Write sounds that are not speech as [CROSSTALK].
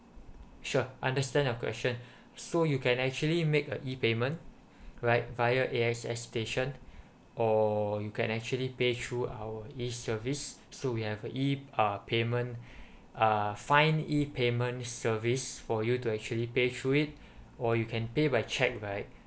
sure understand your question [BREATH] so you can actually make a E payment right via A_X_S station or you can actually pay through our E service so we have a E uh payment [BREATH] uh fine E payment service for you to actually pay through it [BREATH] or you can pay by cheque right